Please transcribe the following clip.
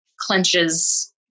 clenches